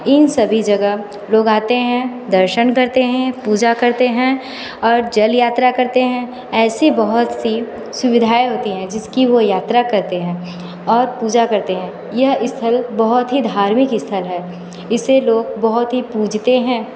इन सभी जगह लोग आते हैं दर्शन करते हैं पूजा करते हैं और जल यात्रा करते हैं ऐसी बहुत सी सुविधाएं होती है जिसकी वो यात्रा करते हैं और पूजा करते हैं यह स्थल बहुत ही धार्मिक स्थल है इसे लोग बहुत ही पूजते हैं